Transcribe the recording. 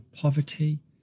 poverty